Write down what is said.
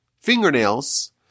fingernails